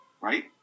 right